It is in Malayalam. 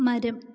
മരം